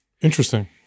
Interesting